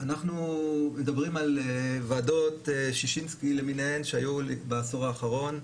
אנחנו מדברים על ועדות שישינסקי למיניהן שהיו בעשור האחרון.